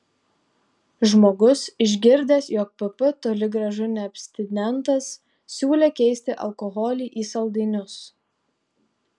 žmogus išgirdęs jog pp toli gražu ne abstinentas siūlė keisti alkoholį į saldainius